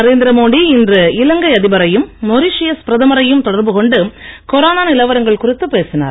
நரேந்திர மோடி இன்று இலங்கை அதிபரையும் மொரிசியஸ் பிரதமரையும் தொடர்பு கொண்டு கொரோனா நிலவரங்கள் குறித்து பேசினார்